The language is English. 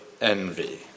envy